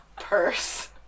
purse